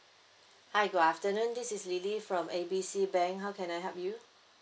hi good afternoon this is lily from A B C bank how can I help you